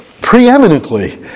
preeminently